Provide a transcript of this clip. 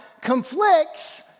conflicts